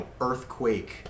earthquake